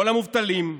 לא למובטלים,